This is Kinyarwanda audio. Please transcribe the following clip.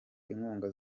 inkunga